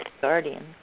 guardian